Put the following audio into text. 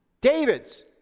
David's